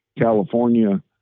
California